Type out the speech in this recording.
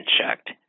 checked